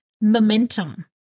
momentum